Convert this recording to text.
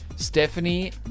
Stephanie